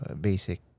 basic